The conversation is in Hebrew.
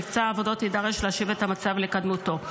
מבצע העבודות יידרש להשיב את המצב לקדמותו.